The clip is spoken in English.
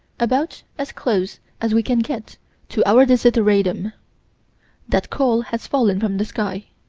about as close as we can get to our desideratum that coal has fallen from the sky.